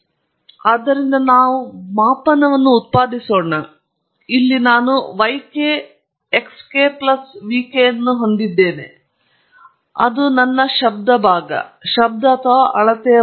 ಆದ್ದರಿಂದ ನಾವು ಮಾಪನವನ್ನು ಉತ್ಪಾದಿಸೋಣ ಇಲ್ಲಿ ನಾನು yk xk plus vk ಅನ್ನು ಹೊಂದಿದ್ದೇನೆ ಮತ್ತು ಅದು ನನ್ನ ಶಬ್ದ ಭಾಗ ಶಬ್ದ ಅಥವಾ ಅಳತೆ ಮೌಲ್ಯ